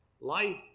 life